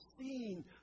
seen